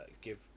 give